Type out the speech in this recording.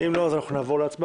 אם לא אז נעבור להצבעה.